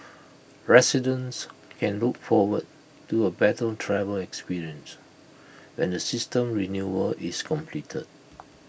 residents can look forward to A better travel experience when the system renewal is completed